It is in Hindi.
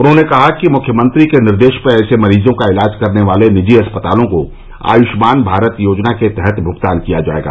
उन्होंने कहा कि मुख्यमंत्री के निर्देश पर ऐसे मरीजों का इलाज करने वाले निजी अस्पतालों को आयुष्मान भारत योजना के तहत भुगतान किया जायेगा